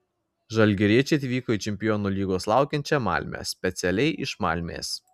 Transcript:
žalgiriečiai atvyko į čempionų lygos laukiančią malmę specialiai iš malmės